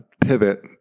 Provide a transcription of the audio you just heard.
pivot